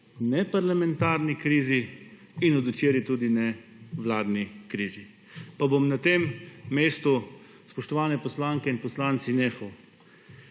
ne parlamentarni krizi in od včeraj tudi ne vladni krizi pa bom na tem mestu, spoštovane poslanke in poslanci, nehal,